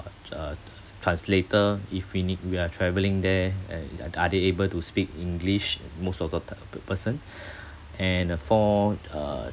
tra~ t~ translator if we need we are travelling there and are are they able to speak english most of the type of person and uh for uh